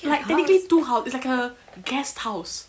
like technically two house it's like a guest house